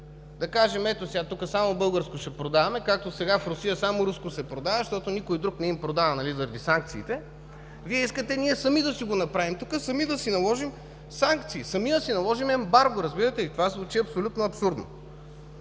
Да кажем: тук ще продаваме само българско, както сега в Русия се продава само руско, защото никой друг не им продава заради санкциите. Вие искате сами да си го направим, сами да си наложим санкции, сами да си наложим ембарго, разбирате ли?! Това звучи абсолютно абсурдно!